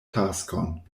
taskon